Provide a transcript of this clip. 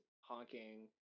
honking